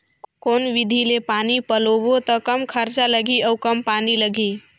कौन विधि ले पानी पलोबो त कम खरचा लगही अउ कम पानी लगही?